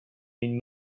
been